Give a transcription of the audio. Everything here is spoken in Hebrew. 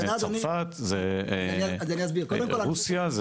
זה צרפת, זה רוסיה.